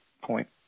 point